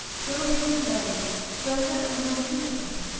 jovial days, splendour and magnificence,